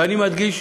ואני מדגיש: